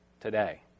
today